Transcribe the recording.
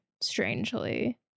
strangely